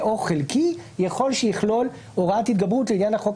אני מסכים, הערות שהעירו כאן מומחים.